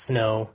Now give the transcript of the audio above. Snow